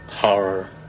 Horror